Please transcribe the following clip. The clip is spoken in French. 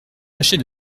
tâcher